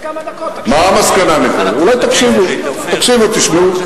מה המסקנה, אולי תקשיבו, תשמעו.